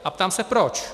A ptám se proč.